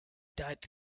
died